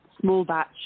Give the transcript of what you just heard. small-batch